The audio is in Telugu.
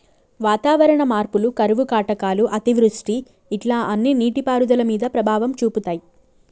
వాతావరణ మార్పులు కరువు కాటకాలు అతివృష్టి ఇట్లా అన్ని నీటి పారుదల మీద ప్రభావం చూపితాయ్